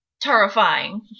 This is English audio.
terrifying